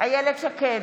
איילת שקד,